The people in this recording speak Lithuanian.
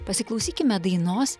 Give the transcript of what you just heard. pasiklausykime dainos